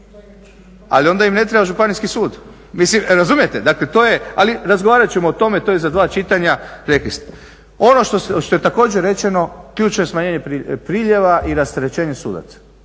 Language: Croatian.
Ali onda im ne treba županijski sud. Mislim, razumijete? Ali razgovarat ćemo o tome, to je za dva čitanja. Ono što je također rečeno, ključno je smanjenje priljeva i rasterećenje sudaca.